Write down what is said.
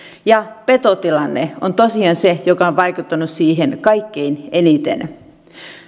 ja petotilanne on tosiaan se joka on vaikuttanut siihen kaikkein eniten